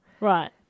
Right